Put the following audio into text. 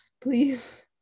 please